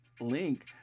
link